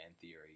theory